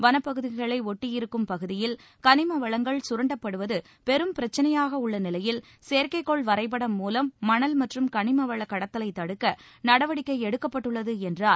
வனப்பகுதிகளை ஒட்டியிருக்கும் பகுதியில் கனிம வளங்கள் சுரண்டப்படுவது பெரும் பிரச்னையாக உள்ள நிலையில் செயற்கைக்கோள் வரைபடம் மூலம் மணல் மற்றும் கனிமவளக் கடத்தலைத் தடுக்க நடவடிக்கை எடுக்கப்பட்டுள்ளது என்றார்